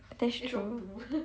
that's true